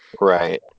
Right